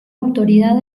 autoridad